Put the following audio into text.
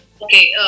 Okay